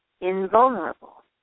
invulnerable